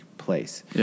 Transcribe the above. place